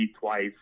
twice